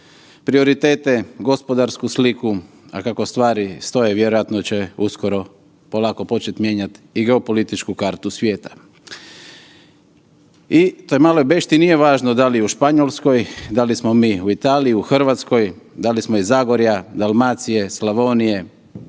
prioritete, gospodarsku sliku, a kako stvari stoje vjerojatno će uskoro polako početi mijenjat i geopolitičku kartu svijeta. I toj maloj beštiji nije važno da li je u Španjolskoj, da li smo mi u Italiji, u Hrvatskoj, da li smo iz Zagorja, Dalmacije, Slavonije